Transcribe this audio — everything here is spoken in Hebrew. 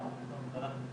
בסוף זה גם קופות החולים,